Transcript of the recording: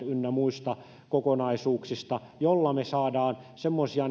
ynnä muista kokonaisuuksista joilla me saamme semmoisia